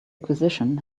acquisition